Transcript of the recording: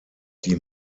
die